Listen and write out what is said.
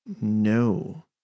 No